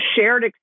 shared